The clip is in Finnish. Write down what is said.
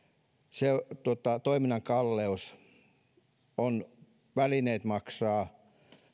toiminnan kalleus välineet maksavat